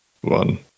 one